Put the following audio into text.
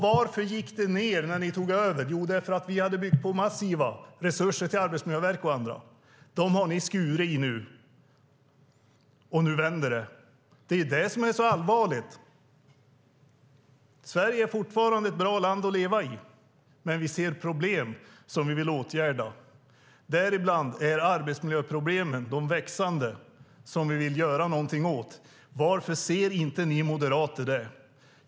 Varför gick det ned när ni tog över? Jo, för att vi hade byggt på massiva resurser till Arbetsmiljöverket och andra. Dem har ni skurit i nu, och nu vänder det. Det är det som är så allvarligt. Sverige är fortfarande ett bra land att leva i, men vi ser problem som vi vill åtgärda. Däribland är arbetsmiljöproblemen de växande, som vi vill göra någonting åt. Varför ser inte ni moderater det?